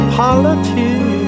politics